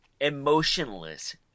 emotionless